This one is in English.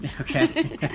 Okay